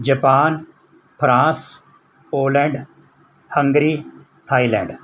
Japan France Poland Hungary Thailand